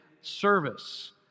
service